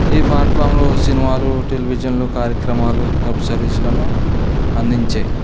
ఈ ప్లాట్ఫామ్లు సినిమాలు టెలివిజన్లు కార్యక్రమాలు వెబసిరీస్లను అందించాయి